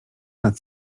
nad